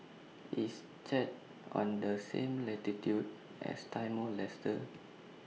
IS Chad on The same latitude as Timor Leste